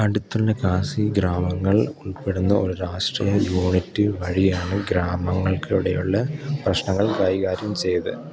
അടുത്തുള്ള കാശീ ഗ്രാമങ്ങൾ ഉൾപ്പെടുന്ന ഒരു രാഷ്ട്രീയ യൂണിറ്റ് വഴിയാണ് ഗ്രാമങ്ങൾക്കിടയിലുള്ള പ്രശ്നങ്ങൾ കൈകാര്യം ചെയ്തത്